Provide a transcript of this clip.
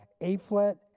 A-flat